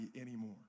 anymore